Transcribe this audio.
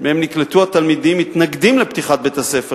שמהן נקלטו התלמידים מתנגדים לפתיחת בית-הספר,